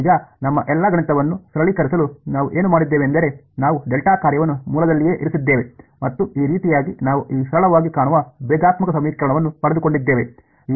ಈಗ ನಮ್ಮ ಎಲ್ಲಾ ಗಣಿತವನ್ನು ಸರಳೀಕರಿಸಲು ನಾವು ಏನು ಮಾಡಿದ್ದೇವೆಂದರೆ ನಾವು ಡೆಲ್ಟಾ ಕಾರ್ಯವನ್ನು ಮೂಲದಲ್ಲಿಯೇ ಇರಿಸಿದ್ದೇವೆ ಮತ್ತು ಈ ರೀತಿಯಾಗಿ ನಾವು ಈ ಸರಳವಾಗಿ ಕಾಣುವ ಭೇದಾತ್ಮಕ ಸಮೀಕರಣವನ್ನು ಪಡೆದುಕೊಂಡಿದ್ದೇವೆ